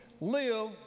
live